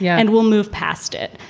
yeah and we'll move past it.